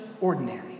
ordinary